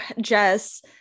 Jess